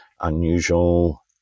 unusual